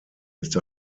ist